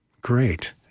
Great